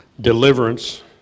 deliverance